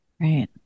Right